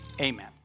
amen